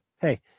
hey –